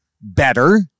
better